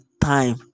time